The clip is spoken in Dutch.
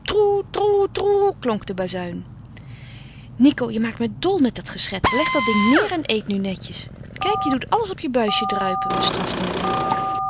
de bazuin nico je maakt me dol met dat geschetter leg dat ding neêr en eet nu netjes kijk je doet alles op je buisje druipen bestrafte mathilde